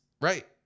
Right